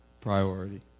priority